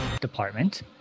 Department